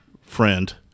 friend